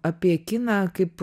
apie kiną kaip